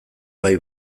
bai